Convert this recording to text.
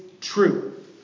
true